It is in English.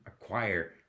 acquire